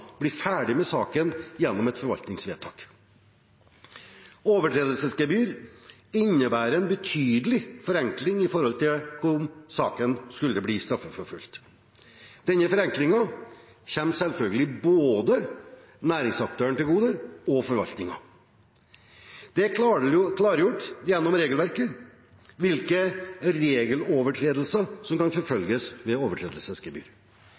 ferdig med saken gjennom et forvaltningsvedtak. Overtredelsesgebyr innebærer en betydelig forenkling i forhold til om saken skulle bli straffeforfulgt. Denne forenklingen kommer selvfølgelig både næringsaktøren og forvaltningen til gode. Det er klargjort gjennom regelverket hvilke regelovertredelser som kan forfølges med overtredelsesgebyr.